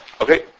Okay